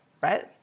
right